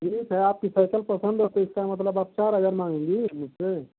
ठीक है आपकी साइकिल पसंद है तो इसका मतलब आप चार हज़ार माँगेंगी मुझसे